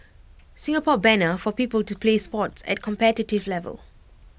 Singapore banner for people to play sports at competitive level